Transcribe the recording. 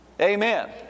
Amen